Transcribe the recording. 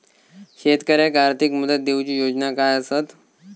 शेतकऱ्याक आर्थिक मदत देऊची योजना काय आसत?